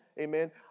Amen